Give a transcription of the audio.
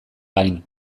gain